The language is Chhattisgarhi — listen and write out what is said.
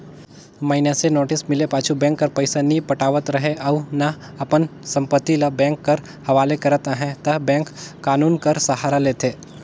मइनसे नोटिस मिले पाछू बेंक कर पइसा नी पटावत रहें अउ ना अपन संपत्ति ल बेंक कर हवाले करत अहे ता बेंक कान्हून कर सहारा लेथे